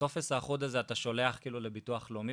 את הטופס האחוד הזה אתה שולח לביטוח לאומי,